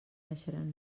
naixeran